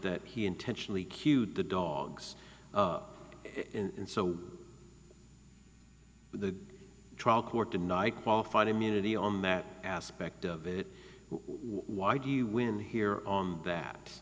that he intentionally cued the dogs and so the trial court deny qualified immunity on that aspect of it why do you win here on that